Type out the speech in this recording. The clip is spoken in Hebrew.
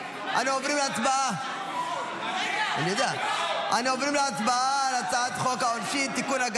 אנו עוברים להצבעה על הצעת חוק העונשין (תיקון,